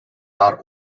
are